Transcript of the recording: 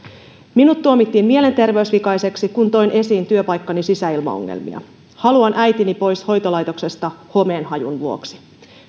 minut tuomittiin mielenterveysvikaiseksi kun toin esiin työpaikkani sisäilmaongelmia haluan äitini pois hoitolaitoksesta homeenhajun vuoksi